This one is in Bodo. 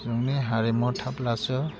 जोंनि हारिमु थाब्लासो